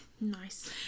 Nice